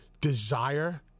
desire